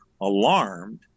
alarmed